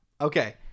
okay